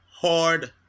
hard